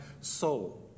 soul